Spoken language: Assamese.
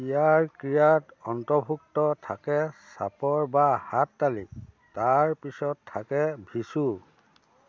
ইয়াৰ ক্ৰিয়াত অন্তৰ্ভুক্ত থাকে চাপৰ বা হাততালি তাৰ পিছত থাকে ভিচু